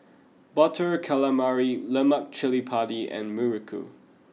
butter calamari lemak cili padi and muruku